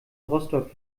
rostock